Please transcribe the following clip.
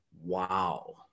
Wow